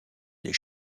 des